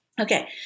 Okay